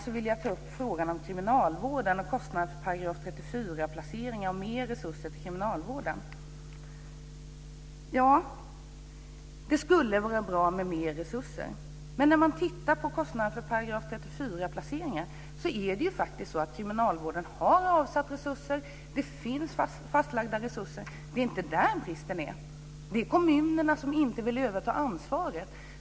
Vidare vill jag ta upp frågan om mer resurser till kriminalvården och kostnaderna för § 34 placeringar. Ja, det skulle vara bra med mer resurser. Men när det gäller kostnaderna för § 34-placeringar har kriminalvården avsatt resurser, så det är inte där som bristen finns. Det är kommunerna som inte vill ta över ansvaret.